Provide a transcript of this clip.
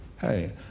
Hey